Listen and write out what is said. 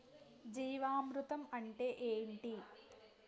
జీవామృతం అంటే ఏంటి?